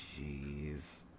jeez